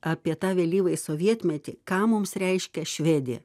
apie tą vėlyvąjį sovietmetį ką mums reiškia švedija